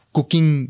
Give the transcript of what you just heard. Cooking